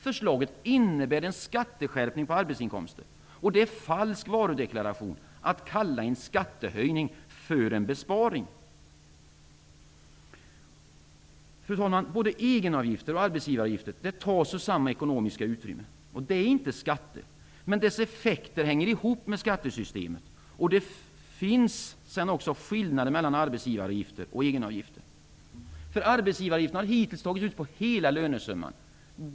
Förslaget innebär en skatteskärpning på arbetsinkomster. Det är falsk varudeklaration att kalla en skattehöjning för en besparing. Fru talman! Både egenavgifter och arbetsgivaravgifter tas ur samma ekonomiska utrymme. Det är inte skatter, men deras effekter hänger ihop med skattesystemet. Det finns också skillnader mellan arbetsgivaravgifter och egenavgifter. Arbetsgivaravgifterna har hittills tagits ut på hela lönesumman.